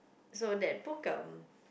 so that book um